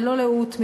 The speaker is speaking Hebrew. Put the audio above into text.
ללא לאות,